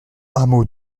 hameau